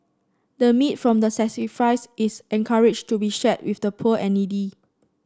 the meat from the sacrifice is encouraged to be shared with the poor and needy